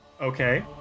Okay